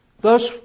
Thus